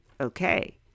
Okay